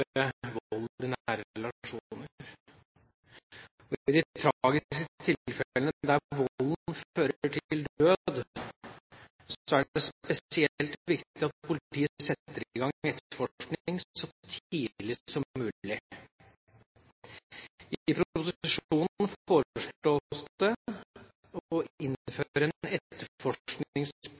i nære relasjoner. I de tragiske tilfellene der volden fører til død, er det spesielt viktig at politiet setter i gang etterforskning så tidlig som mulig. I proposisjonen foreslås det å innføre en